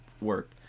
work